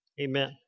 amen